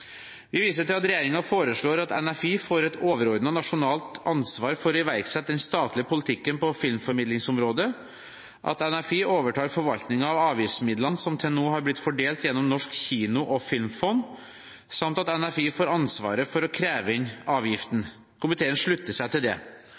Vi viser til at regjeringen foreslår at NFI får et overordnet nasjonalt ansvar for å iverksette den statlige politikken på filmformidlingsområdet, at NFI overtar forvaltningen av avgiftsmidlene som til nå har blitt fordelt gjennom Norsk kino- og filmfond, samt at NFI får ansvaret for å kreve inn avgiften. Komiteen slutter seg til det.